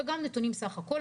וגם על הנתונים בסך הכול.